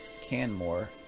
Canmore